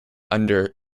under